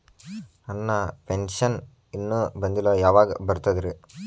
ನನ್ನ ಪೆನ್ಶನ್ ಇನ್ನೂ ಬಂದಿಲ್ಲ ಯಾವಾಗ ಬರ್ತದ್ರಿ?